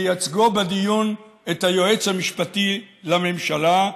בייצגו בדיון את היועץ המשפטי לממשלה,